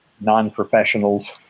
non-professionals